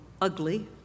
ugly